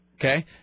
okay